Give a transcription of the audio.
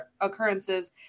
occurrences